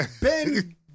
Ben